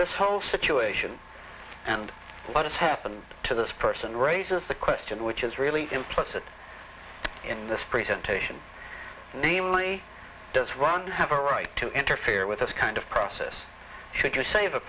this whole situation and what has happened to this person raises the question which is really implicit in this presentation namely does ron have a right to interfere with us kind of process should you save a